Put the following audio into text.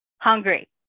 hungry